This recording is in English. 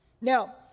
now